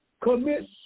commit